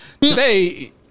Today